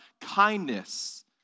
kindness